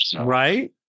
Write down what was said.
Right